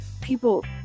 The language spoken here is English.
people